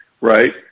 right